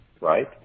right